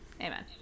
Amen